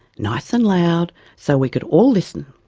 nice and loud so we could all listen.